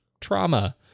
trauma